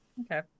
Okay